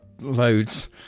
Loads